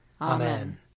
Amen